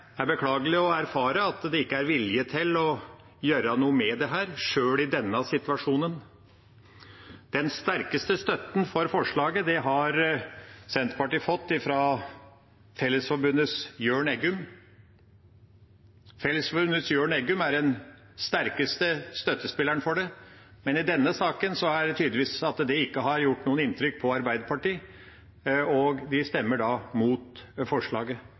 er beklagelig å erfare at det ikke er vilje til å gjøre noe med dette, sjøl i denne situasjonen. Den sterkeste støtten for forslaget har Senterpartiet fått fra Fellesforbundets Jørn Eggum. Men selv om Fellesforbundets Jørn Eggum er den sterkeste støttespilleren for det, har det i denne saken tydeligvis ikke gjort noe inntrykk på Arbeiderpartiet, og de stemmer da mot forslaget.